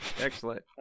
Excellent